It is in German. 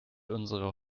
unsere